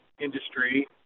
industry